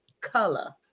color